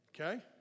Okay